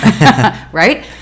Right